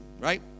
right